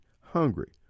hungry